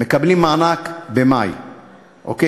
מקבלים מענק במאי, אוקיי?